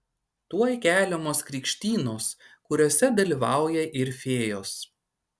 tuoj keliamos krikštynos kuriose dalyvauja ir fėjos